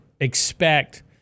expect